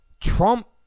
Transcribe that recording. Trump